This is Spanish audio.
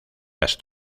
las